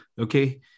okay